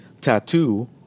tattoo